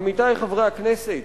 עמיתי חברי הכנסת,